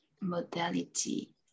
modality